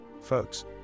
folks